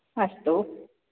अस्तु